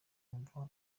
imva